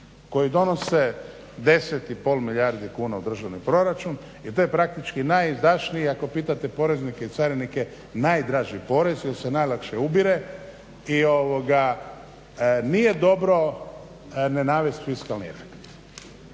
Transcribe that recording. koji donose deset i pol milijardi kuna u državni proračun jer to je praktički najizdašniji ako pitate poreznike i carinike najdraži porez jer se najlakše ubire jer ovoga nije dobro ne navesti u istoj mjeri.